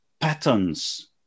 patterns